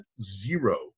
zero